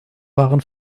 waren